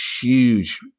huge